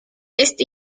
este